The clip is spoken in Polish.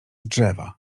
drzewa